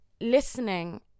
listening